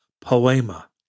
poema